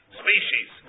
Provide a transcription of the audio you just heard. species